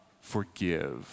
forgive